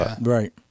Right